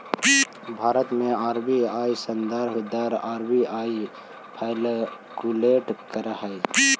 भारत में आर.बी.आई संदर्भ दर आर.बी.आई कैलकुलेट करऽ हइ